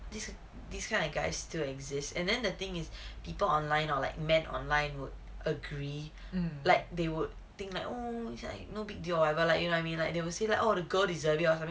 this this kind of guy still exists and then the thing is people online hor like men online would agree like they would think like oh it's like no big deal or whatever like you know what I mean like they will say like oh the girl deserve it or something